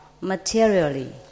materially